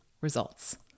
results